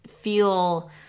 feel